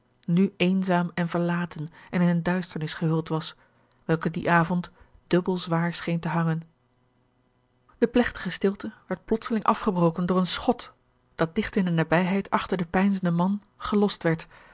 nu eenzaam en verlaten george een ongeluksvogel en in eene duisternis gehuld was welke dien avond dubbel zwaar scheen te hangen de plegtige stilte werd plotseling afgebroken door een schot dat digt in de nabijheid achter den peinzenden man gelost werd